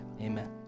Amen